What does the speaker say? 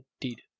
indeed